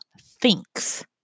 thinks